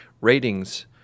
ratings